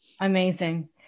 Amazing